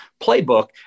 playbook